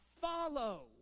follow